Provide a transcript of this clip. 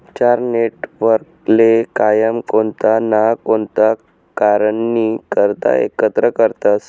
चार नेटवर्कले कायम कोणता ना कोणता कारणनी करता एकत्र करतसं